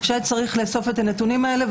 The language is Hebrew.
שצריך לאסוף את הנתונים האלה,